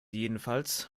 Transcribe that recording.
jedenfalls